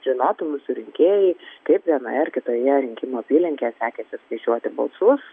žinotų mūsų rinkėjai kaip vienoje ar kitoje rinkimų apylinkėje sekėsi skaičiuoti balsus